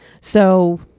So-